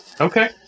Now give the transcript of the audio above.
Okay